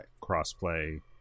cross-play –